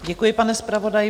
Děkuji, pane zpravodaji.